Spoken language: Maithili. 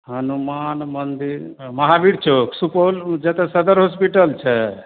हनुमान मन्दिर महावीर चौक सुपौल सदर हॉस्पिटल छै